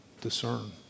discern